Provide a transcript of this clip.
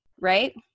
Right